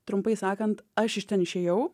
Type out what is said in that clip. trumpai sakant aš iš ten išėjau